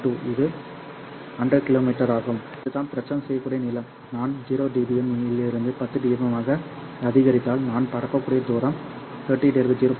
எனவே இது நான் பிரச்சாரம் செய்யக்கூடிய நீளம் நான் 0dBm இலிருந்து 10dBm ஆக அதிகரித்தால் நான் பரப்பக்கூடிய தூரம் 30 0